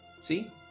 See